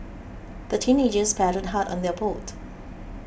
the teenagers paddled hard on their boat